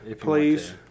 Please